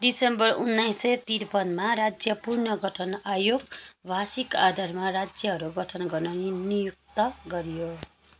December उन्नाइस सय त्रिपन्न राज्य पुनर्गठन आयोग भाषिक आधारमा राज्यहरू गठन गर्न नियुक्त गरियो